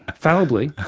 ah fallibly,